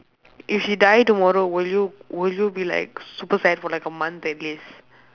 if she die tomorrow will you will you be like super sad for like a month at least